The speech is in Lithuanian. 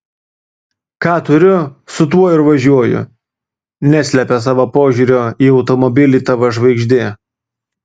ką turiu su tuo ir važiuoju neslepia savo požiūrio į automobilį tv žvaigždė